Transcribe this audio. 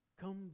come